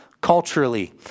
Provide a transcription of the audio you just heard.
culturally